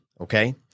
okay